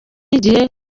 n’igihe